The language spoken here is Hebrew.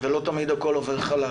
ולא תמיד הכול עובר חלק